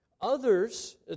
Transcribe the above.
Others